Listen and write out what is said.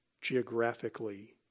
geographically